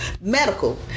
medical